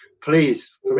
please